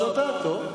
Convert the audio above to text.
זו דעתו.